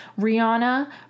Rihanna